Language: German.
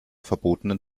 verbotenen